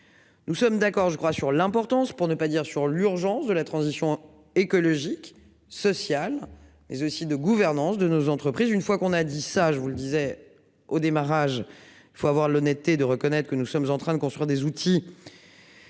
Nous sommes d'accord je crois sur l'importance pour ne pas dire sur l'urgence de la transition écologique sociale mais aussi de gouvernance de nos entreprises. Une fois qu'on a dit ça je vous le disais au démarrage il faut avoir l'honnêteté de reconnaître que nous sommes en train de construire des outils.